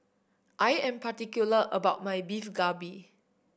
I am particular about my Beef Galbi